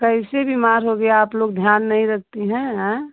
कैसे बीमार हो गया आप लोग ध्यान नहीं रखती हैं आएं